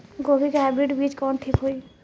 गोभी के हाईब्रिड बीज कवन ठीक होई?